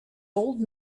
old